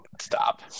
stop